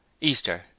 Easter